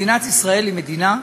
מדינת ישראל היא מדינה,